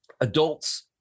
adults